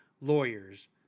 lawyers